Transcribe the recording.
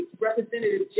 Representative